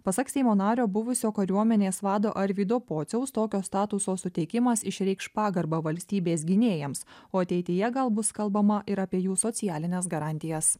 pasak seimo nario buvusio kariuomenės vado arvydo pociaus tokio statuso suteikimas išreikš pagarbą valstybės gynėjams o ateityje gal bus kalbama ir apie jų socialines garantijas